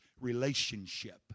relationship